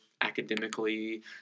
academically